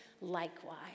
likewise